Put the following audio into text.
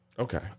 Okay